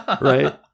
right